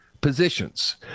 positions